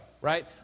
right